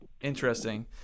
interesting